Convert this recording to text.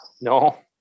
No